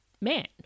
man